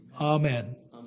Amen